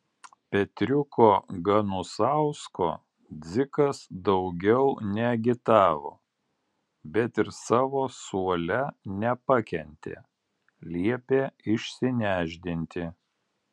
petriuko ganusausko dzikas daugiau neagitavo bet ir savo suole nepakentė liepė išsinešdinti